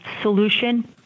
solution